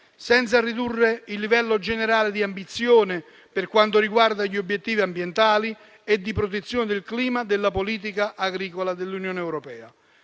senza ridurre il livello generale di ambizione per quanto riguarda gli obiettivi ambientali e di protezione del clima della politica agricola dell'Unione europea.